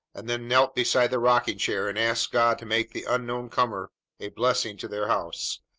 and then knelt beside the rocking-chair and asked god to make the unknown comer a blessing to their house,